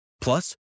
Plus